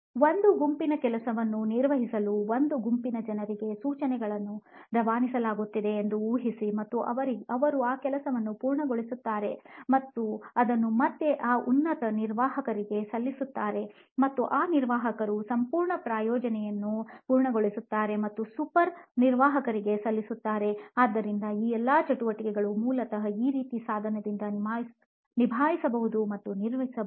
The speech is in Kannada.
ಒಂದು ಗುಂಪಿನ ಕೆಲಸವನ್ನು ನಿರ್ವಹಿಸಲು ಒಂದು ಗುಂಪಿನ ಜನರಿಗೆ ಸೂಚನೆಗಳನ್ನು ರವಾನಿಸಲಾಗುತ್ತಿದೆ ಎಂದು ಊಹಿಸಿ ಮತ್ತು ಅವರು ಆ ಕೆಲಸವನ್ನು ಪೂರ್ಣಗೊಳಿಸುತ್ತಾರೆ ಮತ್ತು ಅದನ್ನು ಮತ್ತೆ ಆ ಉನ್ನತ ನಿರ್ವಾಹಕರಿಗೆ ಸಲ್ಲಿಸುತ್ತಾರೆ ಮತ್ತು ಆ ನಿರ್ವಾಹಕರು ಸಂಪೂರ್ಣ ಪ್ರಾಯೋಜನೆಯನ್ನು ಪೂರ್ಣಗೊಳಿಸುತ್ತಾರೆ ಮತ್ತು ಸೂಪರ್ ನಿರ್ವಾಹಕರಿಗೆ ಸಲ್ಲಿಸುತ್ತಾರೆ ಆದ್ದರಿಂದ ಈ ಎಲ್ಲಾ ಚಟುವಟಿಕೆಗಳು ಮೂಲತಃ ಈ ರೀತಿಯ ಸಾಧನದಿಂದ ನಿಭಾಯಿಸಬಹುದು ಮತ್ತು ನಿರ್ವಹಿಸಬಹುದು